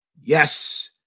Yes